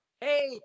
hey